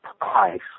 price